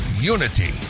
unity